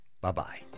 Bye-bye